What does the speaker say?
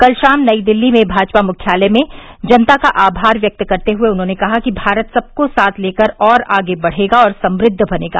कल शाम नई दिल्ली में भाजपा मुख्यालय में जनता का आभार व्यक्त करते हुए उन्होंने कहा कि भारत सबको साथ लेकर आगे बढ़ेगा और समृद्व बनेगा